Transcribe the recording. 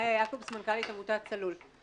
מאיה יעקבס, מנכ"לית עמותת "צלול".